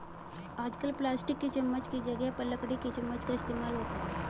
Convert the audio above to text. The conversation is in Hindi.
आजकल प्लास्टिक की चमच्च की जगह पर लकड़ी की चमच्च का इस्तेमाल होता है